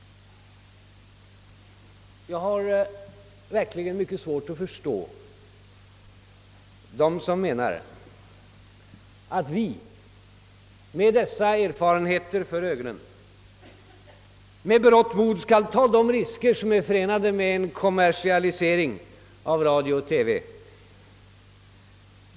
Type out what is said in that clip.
Jag har verkligen mycket svårt att förstå dem som menar att vi med dessa erfarenheter för ögonen med berått mod skall ta de risker som är förenade med en kommersialisering av radio och TV.